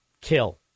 kill